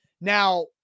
Now